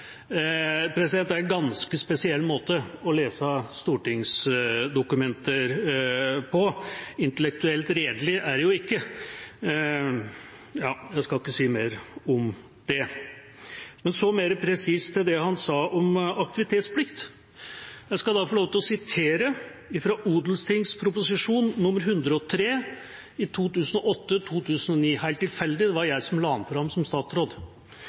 Det er en ganske spesiell måte å lese stortingsdokumenter på. Intellektuelt redelig er det ikke. Jeg skal ikke si mer om det. Men mer presist til det han sa om aktivitetsplikt: Jeg skal da sitere fra Ot.prp. nr. 103 for 2008–2009 – helt tilfeldig – det var jeg som la den fram som statsråd.